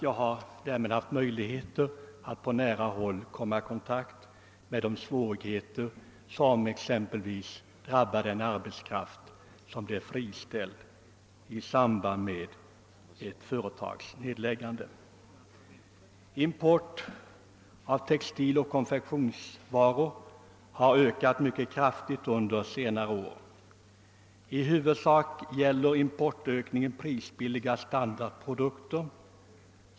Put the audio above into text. Jag har därför på nära håll kommit i kontakt med de svårigheter som drabbar den arbetskraft som blir friställd i samband med ett företags nedläggande. Importen av textiloch konfektionsvaror har ökat mycket kraftigt under senare år. I huvudsak gäller importökningen prisbilliga standardprodukter.